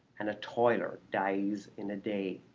and a toiler dies in a day.